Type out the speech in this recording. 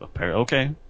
Okay